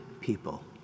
people